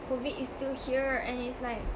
COVID is still here and it's like